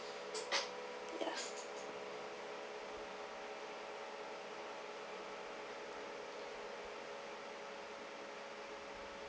yeah